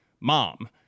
mom